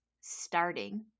starting